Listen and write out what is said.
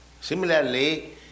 Similarly